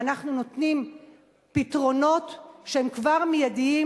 אנחנו נותנים פתרונות שהם כבר מיידיים,